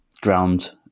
ground